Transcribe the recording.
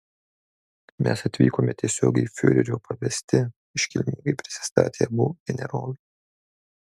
mes atvykome tiesiogiai fiurerio pavesti iškilmingai prisistatė abu generolai